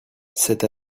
cette